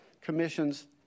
commissions